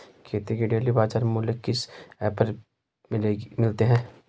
खेती के डेली बाज़ार मूल्य किस ऐप पर मिलते हैं?